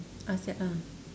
ask that ah